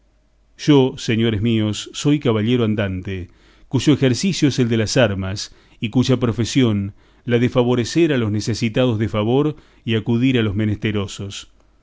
yo señores míos soy caballero andante cuyo ejercicio es el de las armas y cuya profesión la de favorecer a los necesitados de favor y acudir a los menesterosos